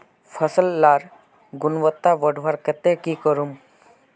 फसल लार गुणवत्ता बढ़वार केते की करूम?